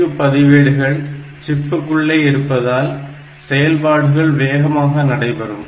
CPU பதிவேடுகள் சிப்புக்குள்ளே இருப்பதால் செயல்பாடுகள் வேகமாக நடைபெறும்